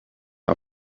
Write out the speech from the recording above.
are